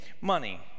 money